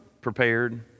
prepared